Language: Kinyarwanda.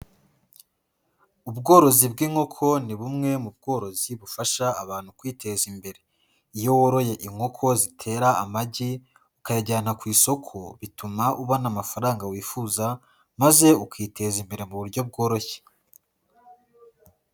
Ubworozi bw'inkoko ni bumwe mu bworozi bufasha abantu kwiteza imbere. Iyo woroye inkoko zitera amagi ukayajyana ku isoko, bituma ubona amafaranga wifuza maze ukiteza imbere mu buryo bworoshye.